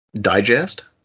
Digest